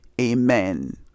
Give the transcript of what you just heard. amen